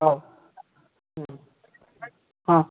ହଉ ହଁ